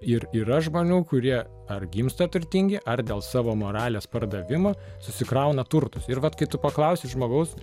ir yra žmonių kurie ar gimsta turtingi ar dėl savo moralės pardavimo susikrauna turtus ir vat kai tu paklausi žmogaus